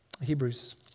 Hebrews